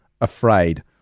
afraid